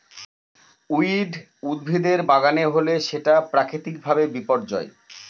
weed উদ্ভিদের বাগানে হলে সেটা প্রাকৃতিক ভাবে বিপর্যয়